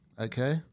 okay